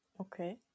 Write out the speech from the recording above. Okay